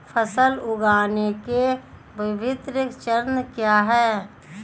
फसल उगाने के विभिन्न चरण क्या हैं?